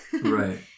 Right